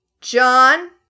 John